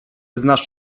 znasz